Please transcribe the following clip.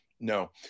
No